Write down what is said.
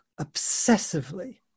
obsessively